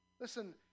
Listen